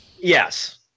Yes